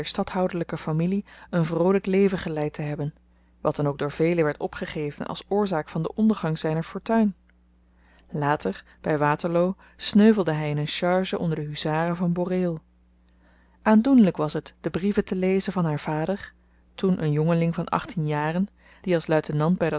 der stadhouderlyke familie een vroolyk leven geleid te hebben wat dan ook door velen werd opgegeven als oorzaak van den ondergang zyner fortuin later by waterloo sneuvelde hy in een charge onder de huzaren van boreel aandoenlyk was het de brieven te lezen van haar vader toen een jongeling van achttien jaren die als